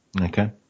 Okay